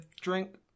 drink